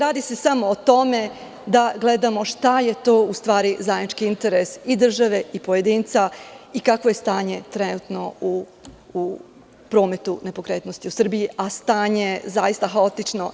Radi se samo o tome da gledamo šta je to u stvari zajednički interes i države i pojedinca i kakvo je stanje trenutno u prometu nepokretnosti u Srbiji, a stanje je zaista haotično.